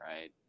Right